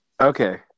Okay